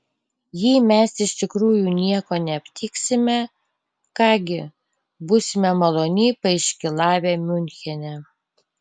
jei mes iš tikrųjų nieko neaptiksime ką gi būsime maloniai paiškylavę miunchene